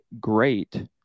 great